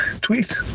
tweet